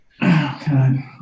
God